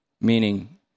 Meaning